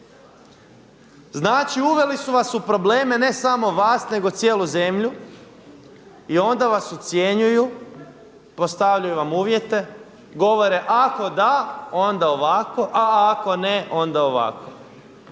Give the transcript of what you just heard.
Znači uveli su vas u probleme ne samo vas nego cijelu zemlju i onda vas ucjenjuju, postavljaju vam uvjete, govore ako da, onda ovako, a ako ne, onda ovako.